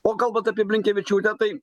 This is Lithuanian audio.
o kalbant apie blinkevičiūtę tai